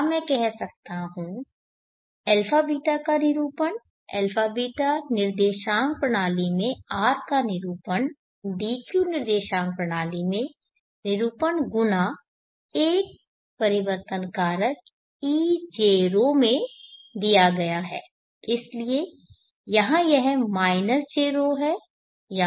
या मैं कह सकता हूं α β का निरूपण α β निर्देशांक प्रणाली में R का निरूपण d q निर्देशांक प्रणाली में निरूपण गुणा एक परिवर्तन कारक ejρ में दिया गया है इसलिए यहां यह jρ है यहां jρ है